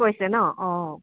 কৈছে ন' অ